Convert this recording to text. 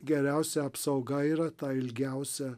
geriausia apsauga yra ta ilgiausia